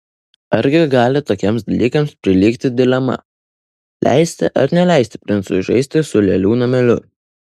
argi gali tokiems dalykams prilygti dilema leisti ar neleisti princui žaisti su lėlių nameliu